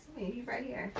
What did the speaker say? right here?